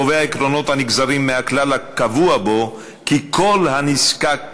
הקובע עקרונות הנגזרים מהכלל הקבוע בו כי כל הנזקק